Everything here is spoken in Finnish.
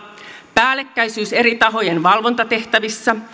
päällekkäisyys eri tahojen valvontatehtävissä